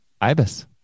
Ibis